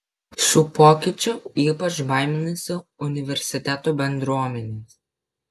šių pokyčių ypač baiminasi universitetų bendruomenės